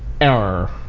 error